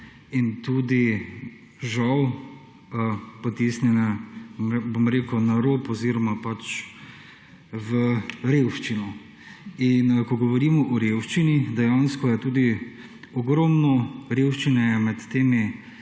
in tudi žal potisnjene na rob oziroma v revščino. In ko govorimo o revščini dejansko je tudi ogromno revščine med temi